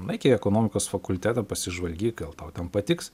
nueik į ekonomikos fakultetą pasižvalgyk gal tau ten patiks